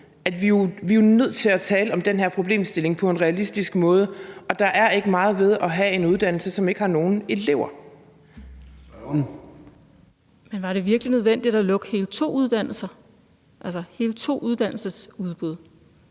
jo er nødt til at tale om den her problemstilling på en realistisk måde. Der er ikke meget ved at have en uddannelse, som ikke har nogen elever. Kl. 13:50 Formanden (Søren Gade): Spørgeren.